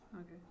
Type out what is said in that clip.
Okay